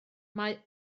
mae